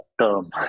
term